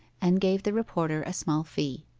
and gave the reporter a small fee.